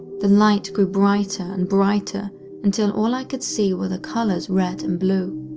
the light grew brighter and brighter until all i could see were the colors red and blue.